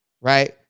right